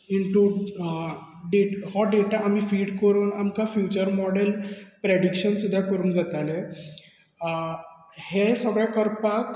हें तूं हो डेटा आमकां फीड करून आमकां फ्युच्यर मॉडेल प्रेडीक्शन सुद्दां करूंक जातालें हे सगळें करपाक